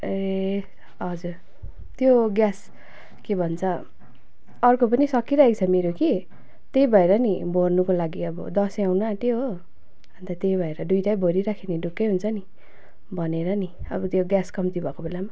ए हजुर त्यो ग्यास के भन्छ अर्को पनि सकिरहेको छ मेरो कि त्यही भएर नि भर्नुको लागि अब दसैँ आउनु आट्यो हो अन्त त्यही भएर दुईवटै भरिराखेँ भने ढुक्कै हुन्छ नि भनेर नि अब त्यो ग्यास कम्ती भएको बेलामा